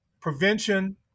prevention